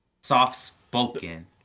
soft-spoken